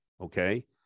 okay